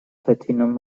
platinum